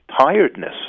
tiredness